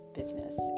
business